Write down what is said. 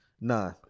nah